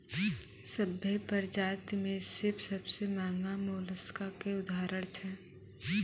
सभ्भे परजाति में सिप सबसें महगा मोलसका के उदाहरण छै